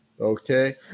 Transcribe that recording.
Okay